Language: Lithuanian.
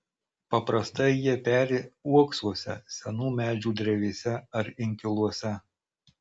paprastai jie peri uoksuose senų medžių drevėse ar inkiluose